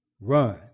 run